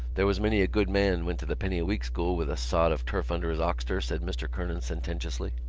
there was many a good man went to the penny-a-week school with a sod of turf under his oxter, said mr. kernan sententiously.